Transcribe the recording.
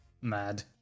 mad